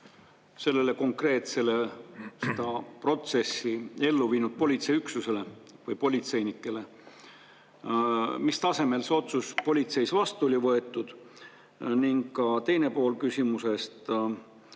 püstitas konkreetselt seda protsessi ellu viinud politseiüksusele või politseinikele. Mis tasemel see otsus politseis vastu võeti? Ning ka teine pool küsimusest: